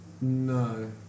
No